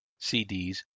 CDs